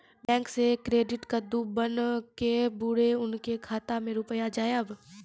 Bank से credit card बन के बुरे उनके खाता मे रुपिया जाएब?